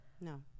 no